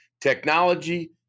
technology